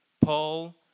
Paul